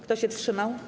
Kto się wstrzymał?